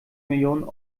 millionen